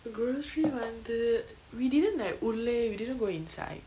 grocery வந்து:vanthu we didn't like உள்ளே:ulle we didn't go inside